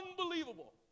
Unbelievable